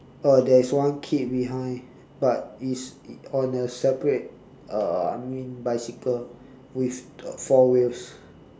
uh there is one kid behind but it's on a separate uh I mean bicycle with the four wheels